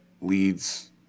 leads